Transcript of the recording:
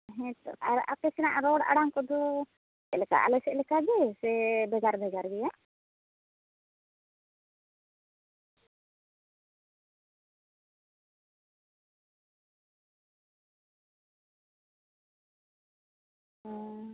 ᱦᱮᱸᱛᱚ ᱟᱨ ᱟᱯᱮ ᱥᱮᱱᱟᱜ ᱨᱚᱲ ᱟᱲᱟᱝ ᱠᱚᱫᱚ ᱪᱮᱫᱞᱮᱠᱟ ᱟᱞᱮ ᱥᱮᱫ ᱞᱮᱠᱟ ᱜᱮ ᱥᱮ ᱵᱷᱮᱜᱟᱨ ᱵᱷᱮᱜᱟᱨ ᱜᱮᱭᱟ ᱦᱩᱸᱻ